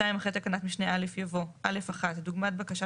אחרי תקנת משנה (א) יבוא: "(א1) דוגמת בקשה